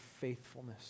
faithfulness